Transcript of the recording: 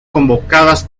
convocadas